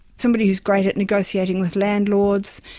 somebody who is great at negotiating with landlords,